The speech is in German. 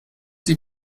die